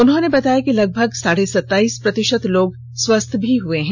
उन्होंने बताया कि लगभग साढे सत्ताइस प्रतिशत लोग स्वस्थ हए हैं